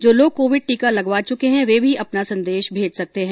जो लोग कोविड टीका लगवा चुके हैं वे भी अपना संदेश भेज सकते हैं